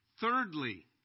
Thirdly